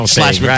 slash